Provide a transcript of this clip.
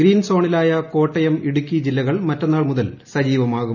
green സോണിലായ കോട്ടയം ഇടുക്കി ജില്ലകൾ മറ്റന്നാൽ മുതൽ സജീവമാകും